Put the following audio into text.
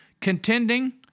contending